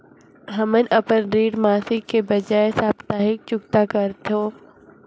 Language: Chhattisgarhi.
हमन अपन ऋण मासिक के बजाय साप्ताहिक चुकता करथों